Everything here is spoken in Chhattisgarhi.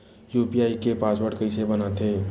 यू.पी.आई के पासवर्ड कइसे बनाथे?